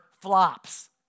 flops